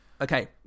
okay